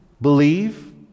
believe